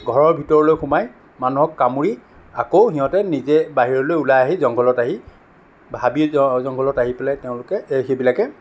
ঘৰৰ ভিতৰলৈ সোমাই মানুহক কামুৰি আকৌ সিহঁতে নিজে বাহিৰলৈ ওলাই আহি জংঘলত আহি হাবি জংঘলত আহি পেলাই তেওঁলোকে সেইবিলাকে